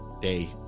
day